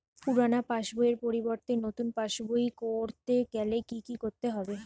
পুরানো পাশবইয়ের পরিবর্তে নতুন পাশবই ক রতে গেলে কি কি করতে হবে?